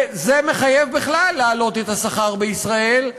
וזה מחייב בכלל להעלות את השכר בישראל,